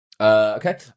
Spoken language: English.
Okay